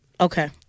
Okay